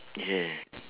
okay